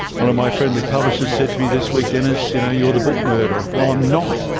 one of my friendly publishers said to me this week, dennis, you know, you're the book murderer! well, i'm not.